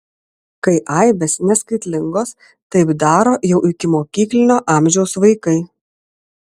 kai aibės neskaitlingos taip daro jau ikimokyklinio amžiaus vaikai